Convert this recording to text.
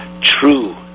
true